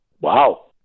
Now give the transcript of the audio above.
Wow